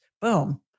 boom